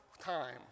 time